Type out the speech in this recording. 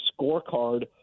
scorecard